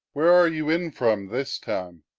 where are you in from this time?